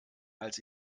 als